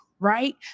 Right